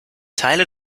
teile